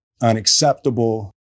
unacceptable